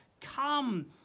come